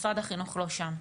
משרד החינוך לא שם,